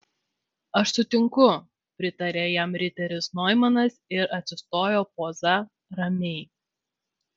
aš sutinku pritarė jam riteris noimanas ir atsistojo poza ramiai